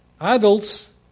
Adults